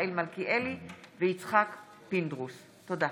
מיכאל מלכיאלי ויצחק פינדרוס בנושא: